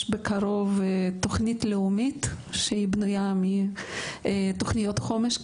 בקרוב תוכנית לאומית שבנויה מתוכניות חומש כאלה,